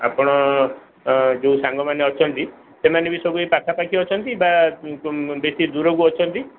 ଆପଣ ଯୋଉ ସାଙ୍ଗମାନେ ଅଛନ୍ତି ସେମାନେ ବି ଏଇ ସବୁ ପାଖା ପାଖି ଅଛନ୍ତି ବା ବେଶୀ ଦୂରକୁ ଅଛନ୍ତି